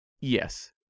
Yes